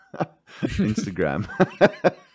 Instagram